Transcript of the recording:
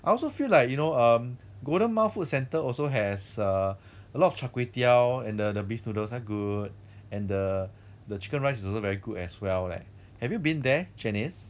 I also feel like you know um golden mile food centre also has err a lot of char kway teow and the the beef noodles are good and the the chicken rice is also very good as well leh have you been there janice